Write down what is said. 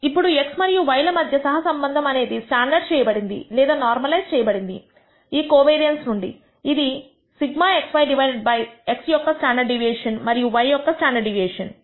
ఇప్పుడు x మరియు y ల మధ్య సహసంబంధం అనేది స్టాండర్డ్ చేయబడింది లేదా నార్మలైజ్ చేయబడింది ఈ కోవేరియన్స్ నుండి ఇది σxy డివైడెడ్ బై x యొక్క స్టాండర్డ్ డీవియేషన్ మరియు y స్టాండర్డ్ డీవియేషన్